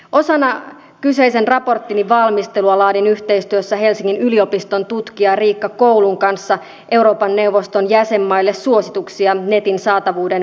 osana kyseisen raporttini valmistelua laadin yhteistyössä helsingin yliopiston tutkija riikka koulun kanssa euroopan neuvoston jäsenmaille suosituksia netin saatavuuden varmistamiseksi